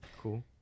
cool